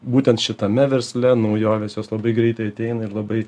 būtent šitame versle naujovės jos labai greitai ateina ir labai